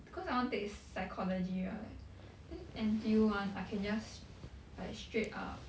cause I want take psychology right then N_T_U [one] I can just like straight up